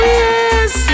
yes